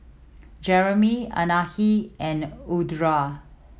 Jereme Anahi and Audra